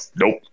nope